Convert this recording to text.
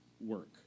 work